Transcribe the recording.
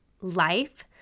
life